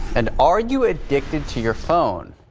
and are you addicted to your phone.